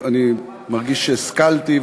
אני מרגיש שהשכלתי,